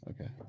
Okay